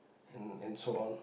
and and so on